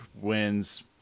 wins